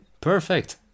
Perfect